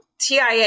TIA